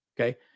okay